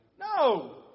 No